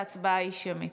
ההצבעה היא שמית.